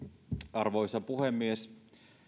arvoisa puhemies